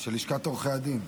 כן, של לשכת עורכי הדין.